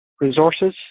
Resources